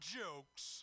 jokes